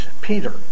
Peter